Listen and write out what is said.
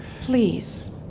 please